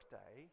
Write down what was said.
day